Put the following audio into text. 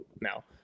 now